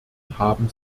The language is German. haben